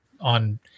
on